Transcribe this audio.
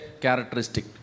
characteristic